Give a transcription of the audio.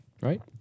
Right